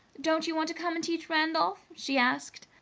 don't you want to come and teach randolph? she asked.